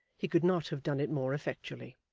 he could not have done it more effectually.